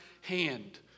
hand